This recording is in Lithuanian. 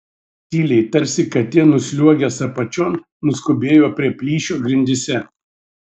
tyliai tarsi katė nusliuogęs apačion nuskubėjo prie plyšio grindyse